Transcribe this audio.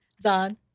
Don